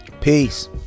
peace